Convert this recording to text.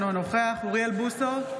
אינו נוכח אוריאל בוסו,